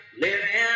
living